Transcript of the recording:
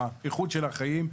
באיכות של החיים,